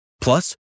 Plus